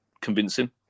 convincing